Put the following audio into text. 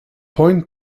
point